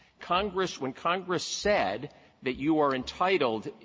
congress when congress said that you are entitled,